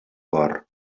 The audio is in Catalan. cor